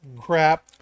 crap